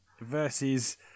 Versus